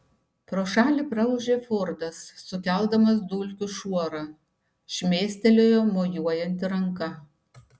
pro šalį praūžė fordas sukeldamas dulkių šuorą šmėstelėjo mojuojanti ranka